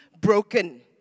broken